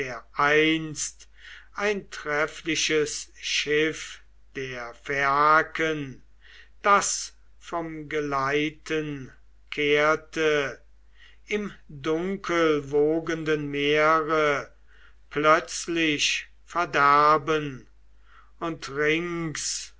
dereinst ein treffliches schiff der phaiaken das vom geleiten kehrte im dunkelwogenden meere plötzlich verderben und rings